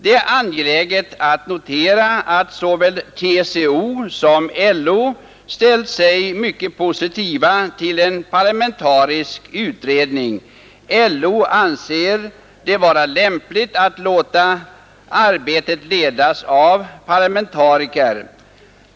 Det är angeläget att notera att såväl TCO som LO ställt sig mycket positiva till en parlamentarisk utredning. LO anser det ”vara lämpligt att låta arbetet ledas av parlamentariker”.